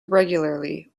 regularly